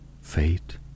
fate